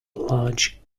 large